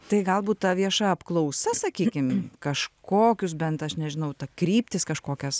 tai galbūt ta vieša apklausa sakykim kažkokius bent aš nežinau ta kryptis kažkokias